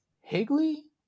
Higley